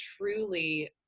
truly